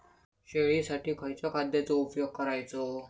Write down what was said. शेळीसाठी खयच्या खाद्यांचो उपयोग करायचो?